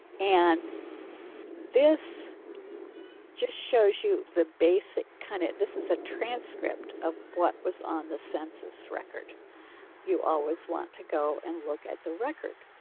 and this just shows you the basic kind of this is a transcript of what was on the census record you always want to go and look at the record.